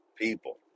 people